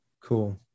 Cool